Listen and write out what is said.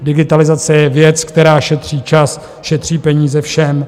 Digitalizace je věc, která šetří čas, šetří peníze, všem.